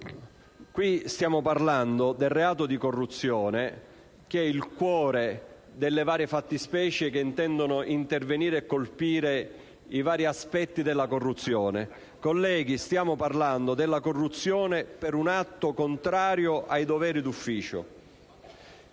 Stiamo parlando del reato di corruzione, che è il cuore delle varie fattispecie che intendono intervenire e colpire i vari aspetti della corruzione. Colleghi, stiamo parlando della corruzione per un atto contrario ai doveri d'ufficio